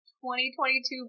2022